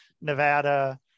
Nevada